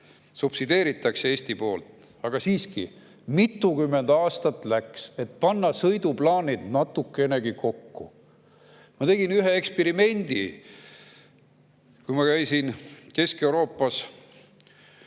subsideeritakse Eesti poolt, aga siiski mitukümmend aastat läks, et panna sõiduplaanid natukenegi kokku. Ma tegin ühe eksperimendi. Kui ma käisin Kesk-Euroopas